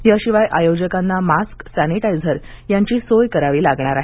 याशिवाय आयोजकांना mask sanitiser यांची सोय करावी लागणार आहे